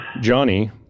Johnny